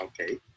okay